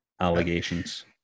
allegations